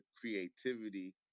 creativity